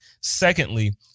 Secondly